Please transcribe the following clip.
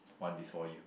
one before you